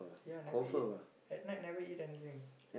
ya I never eat at night never eat anything